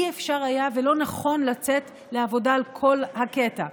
לא היה אפשר ולא נכון לצאת לעבודה על כל הקטע.